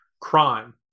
crime